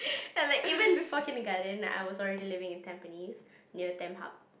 and like even before Kindergarten I was already living in Tampines near tamp hub